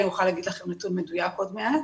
אני אוכל לתת לכם נתון מדויק עוד מעט.